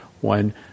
one